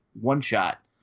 one-shot